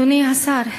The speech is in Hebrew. אדוני השר,